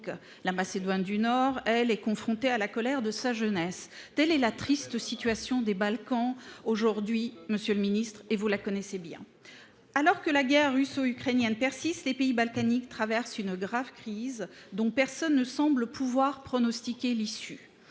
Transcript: La Macédoine du Nord, elle, est confrontée à la colère de sa jeunesse. Telle est la triste situation des Balkans occidentaux aujourd’hui, monsieur le ministre – vous ne la connaissez que trop bien. Alors que la guerre russo ukrainienne persiste, les pays balkaniques traversent une grave crise dont personne ne semble pouvoir pronostiquer l’issue.